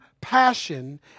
passion